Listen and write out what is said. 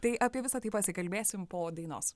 tai apie visa tai pasikalbėsim po dainos